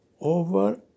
over